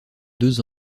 deux